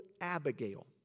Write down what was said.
Abigail